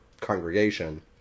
congregation